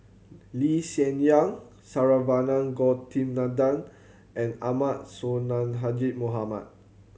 Lee Hsien Yang Saravanan Gopinathan and Ahmad Sonhadji Mohamad